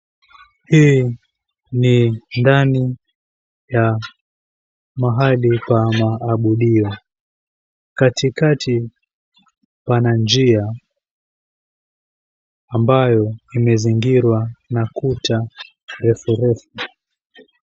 Hii ni ndani ya mahali pa maabudio. Katikati pana njia ambayo imezingirwa na kuta refu refu.